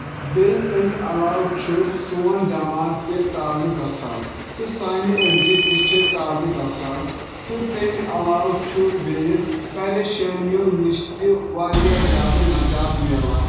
بیٚیہِ امہِ علاوٕ چھُ سون دٮ۪ماغ تہِ تازٕ گژھان تہٕ سانہِ أڈجہِ تہِ چھِ تازٕگژھان تہٕ تمہِ علاوٕ چھُ بیٚیہِ پریشٲنیو نِش تہِ واریاہ زیادٕ نجات میلان